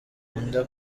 inda